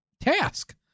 task